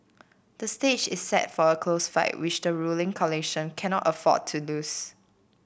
the stage is set for a close fight which the ruling coalition cannot afford to lose